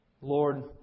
Lord